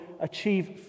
achieve